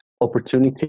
opportunity